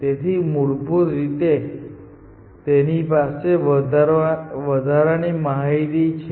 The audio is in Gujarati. તેથી મૂળભૂત રીતે તેની પાસે વધારાની માહિતી છે